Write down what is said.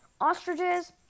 ostriches